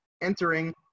entering